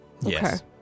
Yes